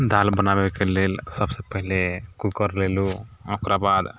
दाल बनाबैके लेल सभसँ पहिले कूकर लेलहुँ ओकरा बाद